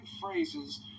phrases